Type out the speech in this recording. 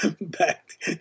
back